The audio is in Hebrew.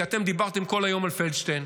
כי אתם דיברתם כל היום על פלדשטיין.